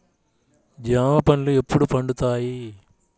జామ పండ్లు ఎప్పుడు పండుతాయి?